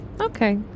Okay